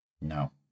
no